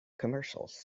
commercials